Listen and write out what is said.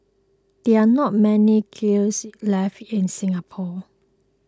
there are not many kilns left in Singapore